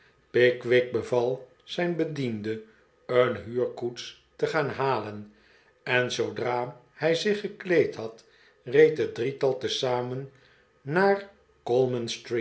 pickwick beval zijn bediende een huurkoets te gaan halen en zoodra hij zich gekleed had reed het drietal tezamen naar